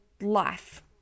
life